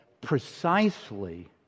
precisely